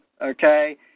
okay